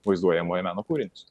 vaizduojamojo meno kūrinius